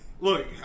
Look